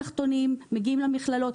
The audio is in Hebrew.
תחתוניים מגיעים למכללות.